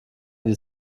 die